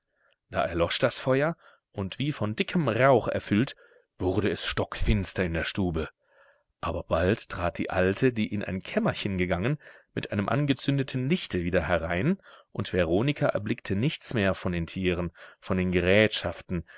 da erlosch das feuer und wie von dickem rauch erfüllt wurde es stockfinster in der stube aber bald trat die alte die in ein kämmerchen gegangen mit einem angezündeten lichte wieder herein und veronika erblickte nichts mehr von den tieren von den gerätschaften